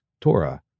Torah